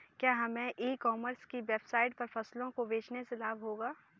क्या हमें e commerce की वेबसाइट पर फसलों को बेचने से लाभ होगा?